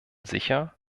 sicher